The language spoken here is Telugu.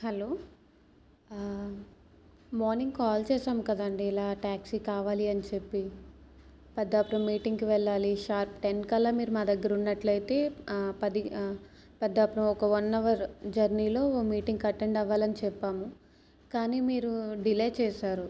హలో మార్నింగ్ కాల్ చేసాము కదండీ ఇలా ట్యాక్సీ కావాలి అని చెప్పి పెద్దాపురం మీటింగ్కి వెళ్ళాలి షార్ప్ టెన్ కల్లా మీరు మా దగ్గర ఉన్నట్లయితే పది పది పెద్దాపురం ఒక వన్ అవర్ జర్నీలో మీటింగ్కి అటెండ్ అవ్వాలి అని చెప్పాము కానీ మీరు డిలే చేశారు